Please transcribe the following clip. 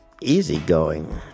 easygoing